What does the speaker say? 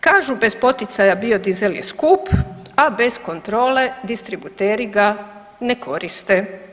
Kažu, bez poticaja, biodizel je skup, a bez kontrole distributeri ga ne koriste.